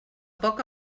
poc